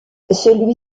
celui